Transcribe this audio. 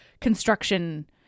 construction